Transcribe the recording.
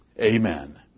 Amen